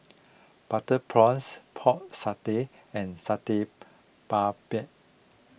Butter Prawns Pork Satay and Satay Babat